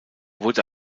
wurde